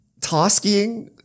Toskiing